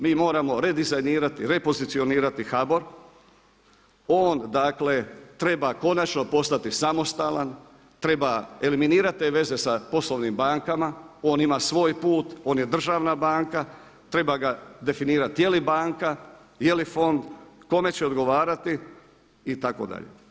Mi moramo redizajnirati, repozicionirati HBOR, on dakle treba konačno postati samostalan, treba eliminirati te veze sa poslovnim bankama, on ima svoj put, on je državna banka, treba ga definirati je li banka, je li fond, kome će odgovarati itd.